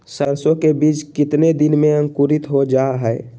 सरसो के बीज कितने दिन में अंकुरीत हो जा हाय?